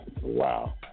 Wow